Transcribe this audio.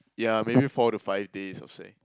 yeah maybe four to five days I'll say